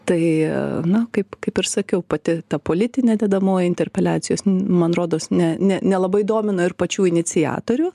tai na kaip kaip ir sakiau pati ta politinė dedamoji interpeliacijos man rodos ne ne nelabai domina ir pačių iniciatorių